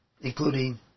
including